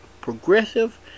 Progressive